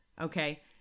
Okay